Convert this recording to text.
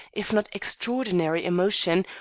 if not extraordinary, emotion,